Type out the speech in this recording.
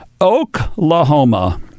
Oklahoma